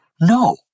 no